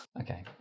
Okay